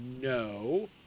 No